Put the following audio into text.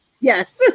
Yes